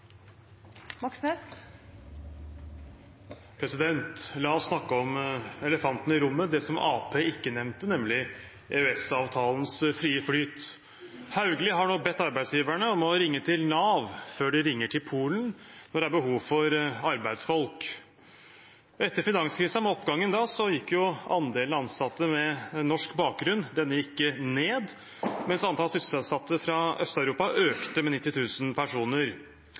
ikke nevnte, nemlig EØS-avtalens frie flyt. Statsråd Hauglie har nå bedt arbeidsgiverne om å ringe til Nav før de ringer til Polen når det er behov for arbeidsfolk. Etter finanskrisen og oppgangen da gikk andelen ansatte med norsk bakgrunn ned, mens antall sysselsatte fra Øst-Europa økte med 90 000 personer.